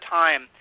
time